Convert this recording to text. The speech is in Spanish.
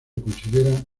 consideran